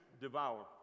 devour